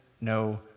no